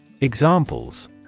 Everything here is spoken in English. Examples